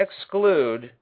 exclude